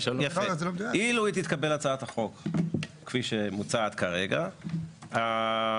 תתקבל הצעת החוק כפי מוצעת כרגע,